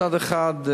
מצד אחד,